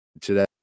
today